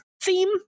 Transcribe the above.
theme